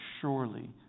surely